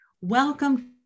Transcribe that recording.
welcome